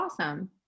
awesome